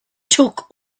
took